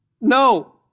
No